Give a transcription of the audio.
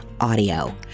Audio